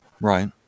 right